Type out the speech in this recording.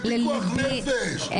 זה פיקוח נפש.